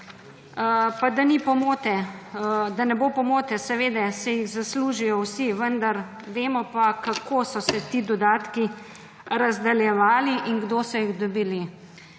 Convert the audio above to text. Pa da ni pomote, da ne bo pomote, seveda si jih zaslužijo vsi, vendar vemo pa, kako so se ti dodatki razdeljevali in kdo so jih dobili.